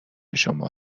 شما